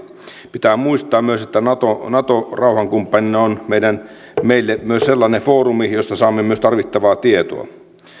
pitää muistaa että nato nato rauhankumppanina on meille myös sellainen foorumi josta saamme tarvittavaa tietoa